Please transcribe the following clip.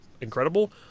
incredible